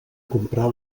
comprar